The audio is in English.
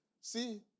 See